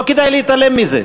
לא כדאי להתעלם מזה.